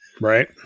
Right